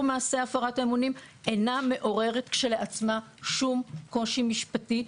מעשה הפרת האמונים אינה מעוררת כשלעצמה שום קושי משפטי,